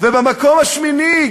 ובמקום השמיני,